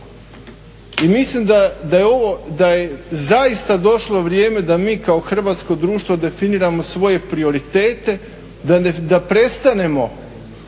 I mislim da je ovo, da je zaista došlo vrijeme da mi kao hrvatsko društvo definiramo svoje prioritete, da prestanemo